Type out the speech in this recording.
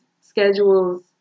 schedules